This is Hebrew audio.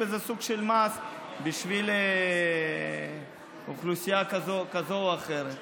וזה סוג של מס בשביל אוכלוסייה כזו או אחרת.